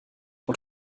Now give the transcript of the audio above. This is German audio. und